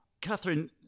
Catherine